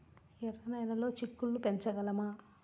ఎర్ర నెలలో చిక్కుళ్ళు పెంచగలమా?